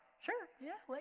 sure, yes, like